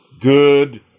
good